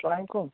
سلام وعلیکُم